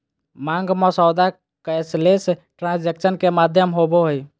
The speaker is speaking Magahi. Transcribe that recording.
मांग मसौदा कैशलेस ट्रांजेक्शन के माध्यम होबो हइ